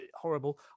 horrible